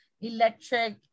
electric